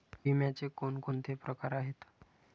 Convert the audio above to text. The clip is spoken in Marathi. विम्याचे कोणकोणते प्रकार आहेत?